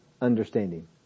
understanding